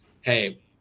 hey